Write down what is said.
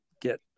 get